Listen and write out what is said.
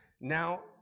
Now